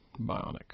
bionic